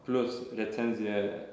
plius recenzija